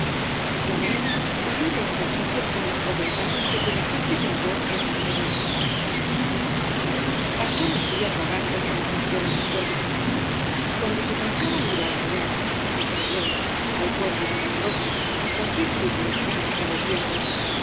tonet huyó de estos sitios como un potentado que penetrase por error en un bodegón pasó los días vagando por las afueras del pueblo cuando se cansaba iba al saler al pereltó al puerto de catarroja á cualquier sitio para matar el tiempo